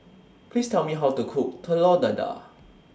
Please Tell Me How to Cook Telur Dadah